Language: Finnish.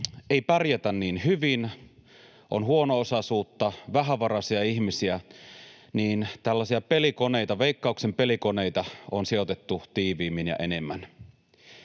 ei pärjätä niin hyvin ja on huono-osaisuutta ja vähävaraisia ihmisiä, tällaisia Veikkauksen pelikoneita on sijoitettu tiiviimmin ja enemmän.